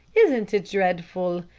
isn't it dreadful?